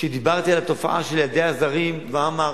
כשדיברתי על התופעה של ילדי הזרים, מה אמרתי?